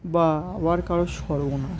বা আবার কারোর সর্বনাশ